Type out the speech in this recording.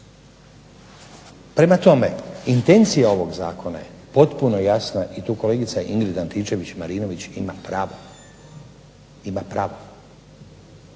Prema tome, intencija ovog zakona je potpuno jasna i tu kolegica Ingrid Antičević-Marinović ima pravo, ima pravo.